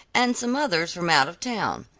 and some others from out of town.